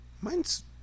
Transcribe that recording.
Mine's